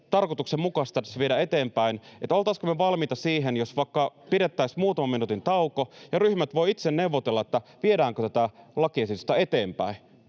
tarkoituksenmukaista viedä eteenpäin, niin pidettäisiin muutaman minuutin tauko ja ryhmät voivat itse neuvotella, viedäänkö tätä lakiesitystä eteenpäin.